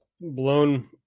blown